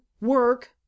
work